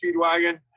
Speedwagon